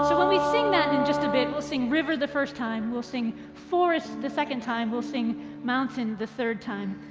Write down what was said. so when we sing that in just a bit we'll sing river the first time. we'll sing forest the second time and sing mountain the third time.